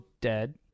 dead